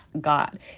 god